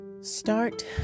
start